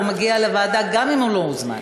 הוא מגיע לוועדה גם אם הוא לא הוזמן.